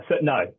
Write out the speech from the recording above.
No